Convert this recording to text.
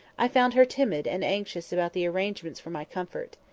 i found her timid and anxious about the arrangements for my comfort.